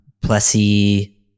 Plessy